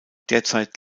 derzeit